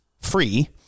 free